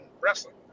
wrestling